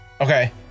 Okay